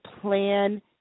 plan